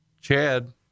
Chad